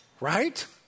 Right